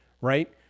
right